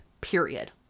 Period